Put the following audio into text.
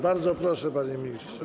Bardzo proszę, panie ministrze.